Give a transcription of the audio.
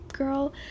girl